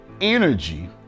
energy